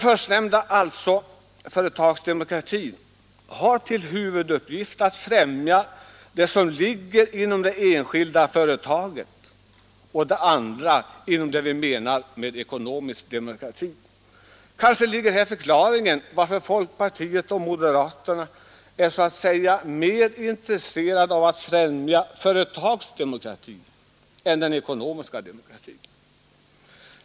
Företagsdemokratin har till uppgift att främja demokratin inom det enskilda företaget, vilket inte är fallet med det vi menar med ekonomisk demokrati. Kanske ligger här förklaringen till att folkpartiet och moderaterna är mer intresserade av att främja företagsdemokratin än den ekonomiska demokratin.